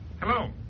Hello